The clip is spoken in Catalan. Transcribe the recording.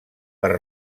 per